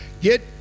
get